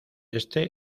este